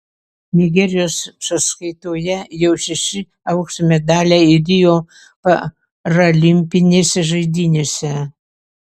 nigerijos sąskaitoje jau šeši aukso medaliai rio paralimpinėse žaidynėse